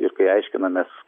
ir kai aiškinamės